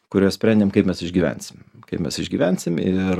kurią sprendėm kaip mes išgyvensim kaip mes išgyvensim ir